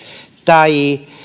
tai